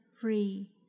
free